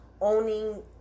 owning